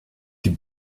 die